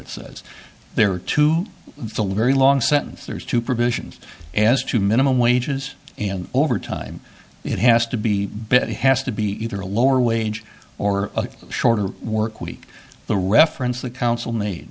it says there are two very long sentences there's two provisions as to minimum wages and over time it has to be bet it has to be either a lower wage or a shorter work week the reference the council made